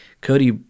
Cody